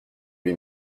lui